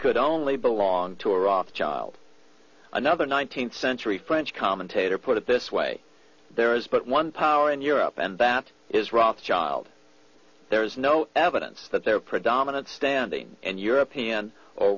could only belong to a rothschild another nineteenth century french commentator put it this way there is but one power in europe and that is rothschild there is no evidence that their predominant standing in european or